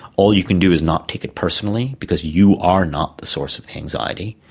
all you can do is not take it personally, because you are not the source of anxiety.